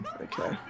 okay